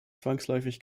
zwangsläufig